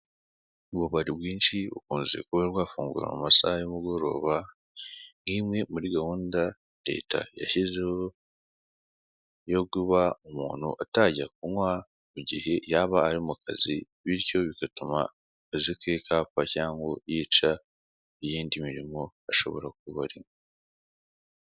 Ububari bwinshi bukunze kuba bwafungura mu masaha y'umugoroba, nk'imwe muri gahunda leta yashyizeho yo kuba umuntu atajya kunywa mu gihe yaba ari mu kazi bityo bigatuma akazi k'iwe kapfa, cyangwa yica iyindi mirimo ashobora kuba arimo.